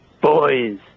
boys